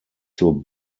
zur